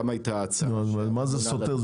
מה זה סותר?